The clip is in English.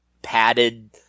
padded